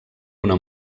una